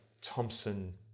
thompson